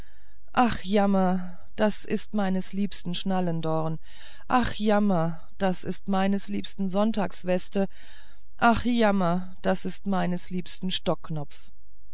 ach jammer das ist meines liebsten schnallendorn ach jammer das ist meines liebsten sonntagsweste ach jammer das ist meines liebsten stockknopf